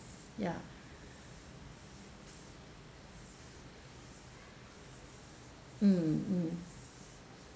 ya mm mm